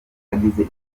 agize